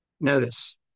Notice